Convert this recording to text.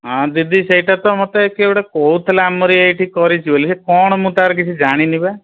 ହଁ ଦିଦି ସେଇଟା ତ ମୋତେ କିଏ ଗୋଟେ କହୁଥିଲା ଆମର ଏଇଠି କରିଛି ବୋଲି ସିଏ କ'ଣ ମୁଁ ତା'ର କିଛି ଜାଣିନି ବା